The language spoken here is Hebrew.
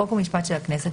חוק ומשפט של הכנסת,